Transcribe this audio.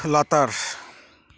ᱞᱟᱛᱟᱨ